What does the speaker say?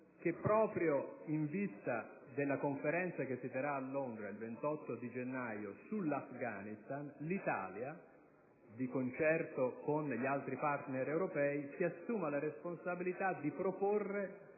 proprio in vista della Conferenza che si terrà a Londra il 28 gennaio sull'Afghanistan, di concerto con gli altri *partner* europei, debba assumersi la responsabilità di proporre